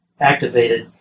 activated